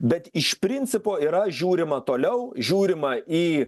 bet iš principo yra žiūrima toliau žiūrima į